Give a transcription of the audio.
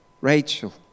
Rachel